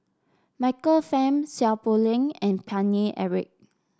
Michael Fam Seow Poh Leng and Paine Eric